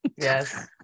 yes